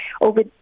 over